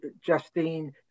Justine